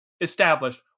established